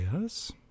Yes